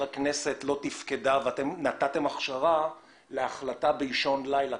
הכנסת לא תפקדה בזמן שאתם נתתם הכשר להחלטה באישון לילה,